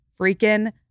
freaking